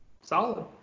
Solid